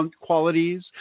qualities